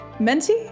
Menti